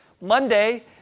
Monday